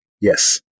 Yes